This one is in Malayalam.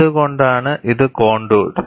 എന്തുകൊണ്ടാണ് ഇത് കോൺടൂർഡ്